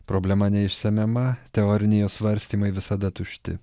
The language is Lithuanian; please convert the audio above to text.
problema neišsemiama teoriniai jos svarstymai visada tušti